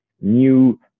new